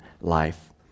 life